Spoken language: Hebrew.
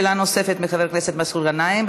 שאלה נוספת, לחבר הכנסת מסעוד גנאים.